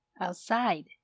Outside